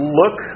look